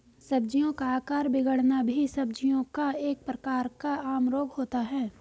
सब्जियों का आकार बिगड़ना भी सब्जियों का एक प्रकार का आम रोग होता है